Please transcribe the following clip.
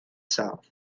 south